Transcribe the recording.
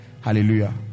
hallelujah